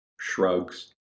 shrugs